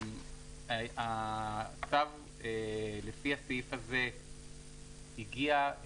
הצו לפי הסעיף הזה הגיע,